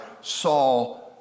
Saul